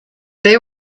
they